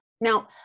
Now